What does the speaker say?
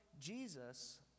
Jesus